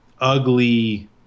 ugly